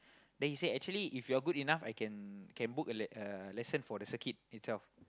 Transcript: then he say actually if you are good enough I can can book a l~ a lesson for the circuit itself